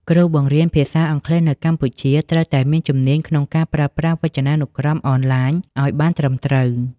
គ្រូបង្រៀនភាសាអង់គ្លេសនៅកម្ពុជាត្រូវតែមានជំនាញក្នុងការប្រើប្រាស់វចនានុក្រមអនឡាញឱ្យបានត្រឹមត្រូវ។